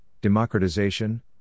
democratization